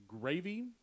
gravy